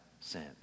sin